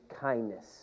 kindness